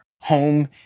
Home